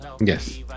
Yes